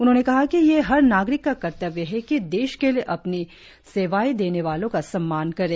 उन्होंने कहा कि यह हर नागरिक का कर्त्तव्य है कि देश के लिए अपनी सेवाएं देने वालों का सम्मान करें